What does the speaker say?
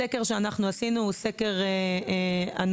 הסקר שעשינו הוא סקר אנונימי.